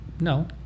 No